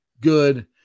good